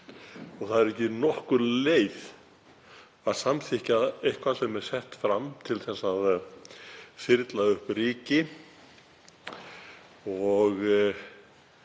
Það er ekki nokkur leið að samþykkja eitthvað sem er sett fram til að þyrla upp ryki og